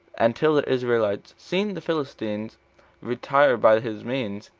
and till the israelites, seeing the philistines retire by his means,